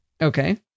Okay